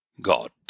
God